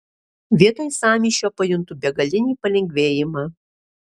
vietoj sąmyšio pajuntu begalinį palengvėjimą